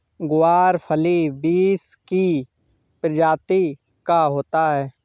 ग्वारफली बींस की प्रजाति का होता है